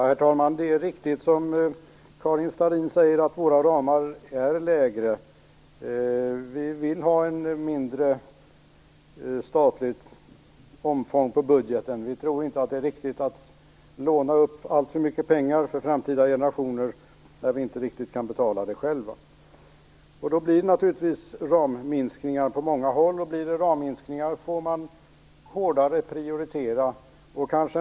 Herr talman! Det är riktigt som Karin Starrin säger att våra ramar är lägre. Vi vill ha ett mindre statligt omfång på budgeten. Vi tror inte att det är riktigt att låna upp alltför mycket pengar för framtida generationer när vi inte riktigt kan betala det själva. Då blir det naturligtvis minskningar av ramarna på många håll, och blir det så får man prioritera hårdare.